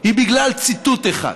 היא כל כך חשובה שביטלת אותה,